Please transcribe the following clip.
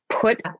Put